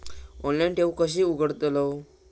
Online ठेव कशी उघडतलाव?